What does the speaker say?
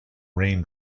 rain